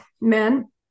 men